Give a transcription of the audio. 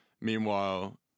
Meanwhile